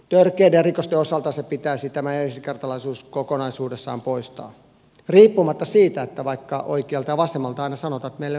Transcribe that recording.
törkeiden rikosten osalta tämä ensikertalaisuus pitäisi kokonaisuudessaan poistaa riippumatta siitä että oikealta ja vasemmalta aina sanotaan ettei meillä ole varaa siihen